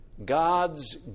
God's